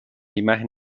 imagen